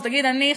אז תגיד: אני,